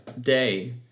day